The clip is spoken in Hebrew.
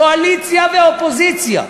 קואליציה ואופוזיציה,